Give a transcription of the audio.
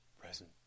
present